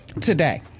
today